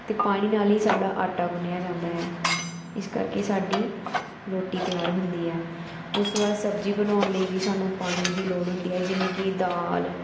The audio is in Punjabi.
ਅਤੇ ਪਾਣੀ ਨਾਲ਼ ਹੀ ਸਾਡਾ ਆਟਾ ਗੁੰਨ੍ਹਿਆ ਜਾਂਦਾ ਹੈ ਇਸ ਕਰਕੇ ਸਾਡੀ ਰੋਟੀ ਤਿਆਰ ਹੁੰਦੀ ਹੈ ਉਸ ਤੋਂ ਬਾਅਦ ਸਬਜ਼ੀ ਬਣਾਉਣ ਲਈ ਵੀ ਸਾਨੂੰ ਪਾਣੀ ਦੀ ਲੋੜ ਹੁੰਦੀ ਹੈ ਜਿਵੇਂ ਕਿ ਦਾਲ